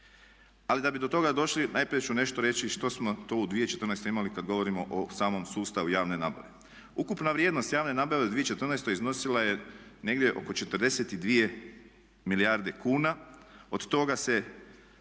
Ali da bi do toga došli najprije ću nešto reći što smo to u 2014. imali kad govorimo o samom sustavu javne nabave. Ukupna vrijednost javne nabave u 2014. iznosila je negdje oko 42 milijarde kuna, od toga se